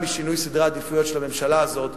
משינוי סדרי העדיפויות של הממשלה הזאת,